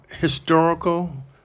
historical